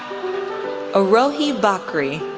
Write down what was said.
arohi bhakhri,